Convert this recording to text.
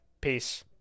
peace